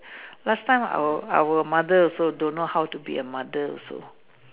last time our our mother also don't know how to be a mother also